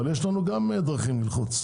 אבל יש לנו גם דרכים ללחוץ.